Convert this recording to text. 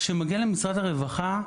כשמגיע למשרד הרווחה,